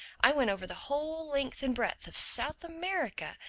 i went over the whole length and breadth of south america.